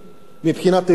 מבחינה תיירותית,